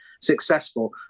successful